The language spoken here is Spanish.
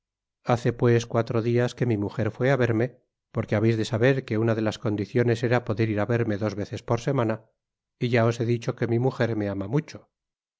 hace pues cuatro dias que mi mujer fué á verme porque habeis de saber que una de las condiciones era poder ir á verme dos veces por semana y ya os he dicho que mi mujer me ama mucho